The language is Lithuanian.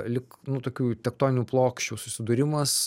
lyg nu tokių tektoninių plokščių susidūrimas